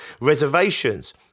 reservations